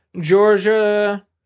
Georgia